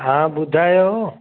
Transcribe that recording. हा ॿुधायो